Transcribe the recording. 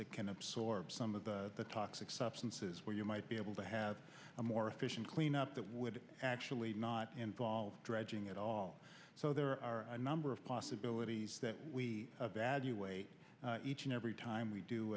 that can absorb some of the toxic substances where you might be able to have a more efficient cleanup that would actually not involve dredging at all so there are a number of possibilities that we have add you way each and every time we do